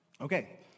Okay